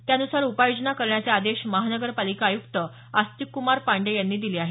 त्यानुसार उपाययोजना करण्याचे आदेश महानगरपालिका आयुक्त आस्तिक क्मार पाण्डेय यांनी दिले आहेत